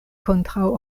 kontraŭ